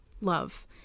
love